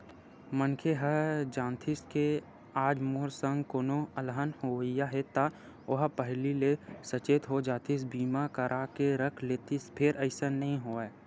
मनखे ह जानतिस के आज मोर संग कोनो अलहन होवइया हे ता ओहा पहिली ले सचेत हो जातिस बीमा करा के रख लेतिस फेर अइसन नइ होवय